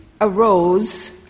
arose